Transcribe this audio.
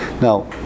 Now